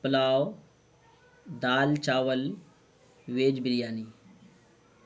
پلاؤ دال چاول ویج بریانی